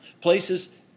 Places